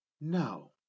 No